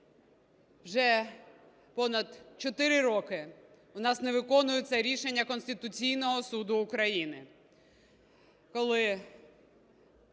Вже понад чотири роки в нас не виконуються рішення Конституційного Суду України, коли